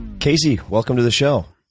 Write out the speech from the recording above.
casey, welcome to the show.